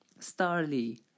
Starly